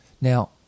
Now